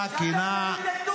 ב-7 באוקטובר אתם מילאתם